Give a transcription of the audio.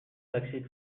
taxait